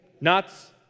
Nuts